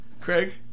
Craig